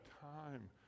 time